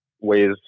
ways